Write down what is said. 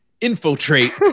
infiltrate